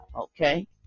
Okay